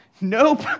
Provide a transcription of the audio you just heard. nope